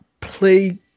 play